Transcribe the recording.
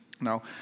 Now